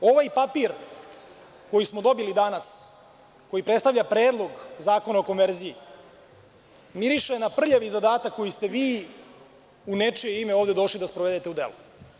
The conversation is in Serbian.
Ovaj papir koji smo dobili danas, koji predstavlja Predlog zakona o konverziji, miriše na prljavi zadatak koji ste vi u nečije ime ovde došli da sprovedete u delo.